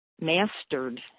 mastered